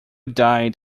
died